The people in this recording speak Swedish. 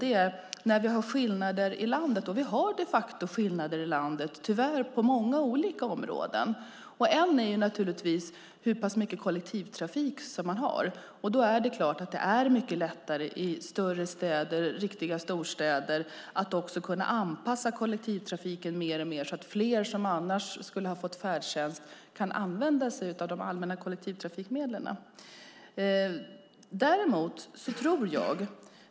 Det är att vi tyvärr har skillnader i landet på många olika områden. En är hur mycket kollektivtrafik man har. Det är klart att det är mycket lättare i större städer och riktiga storstäder att anpassa kollektivtrafiken så att fler som annars skulle ha fått färdtjänst kan använda sig av de allmänna kollektivtrafikmedlen.